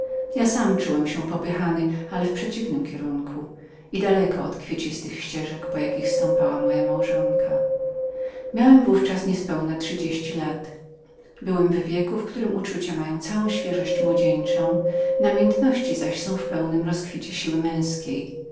ja sam czułem się popychanym ale w przeciwnym kierunku i daleko od kwiecistych ścieżek po jakich przelatywała moja małżonka miałem w ówczas nie zupełnie trzydzieści lat byłem w wieku w którym uczucia mają całą świeżość młodzieńczą namiętności zaś są w pełnym rozkwicie siły męzkiej